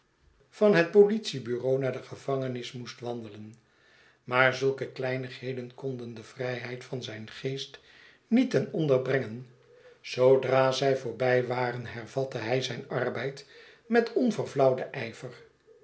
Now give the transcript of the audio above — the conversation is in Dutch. van het politiebureau naar de gevangenis moest wandelen maar zulke kleinigheden konden de vrijheid van zijn geest niet ten onder brengen zoodra zy voorb'y waren hervatte hy zijn arbeid met onverflauwden ijver